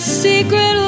secret